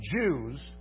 Jews